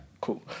Cool